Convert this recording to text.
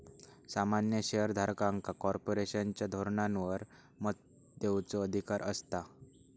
सामान्य शेयर धारकांका कॉर्पोरेशनच्या धोरणांवर मत देवचो अधिकार असता